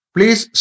Please